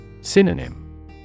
Synonym